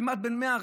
כמעט בן 100,